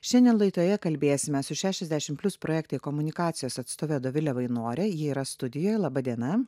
šiandien laidoje kalbėsime su šešiasdešimt plius projektai komunikacijos atstove dovile vainore ji yra studijoj laba diena